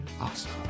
awesome